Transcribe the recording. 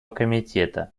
комитета